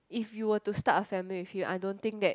if you were to start a family with him I don't think that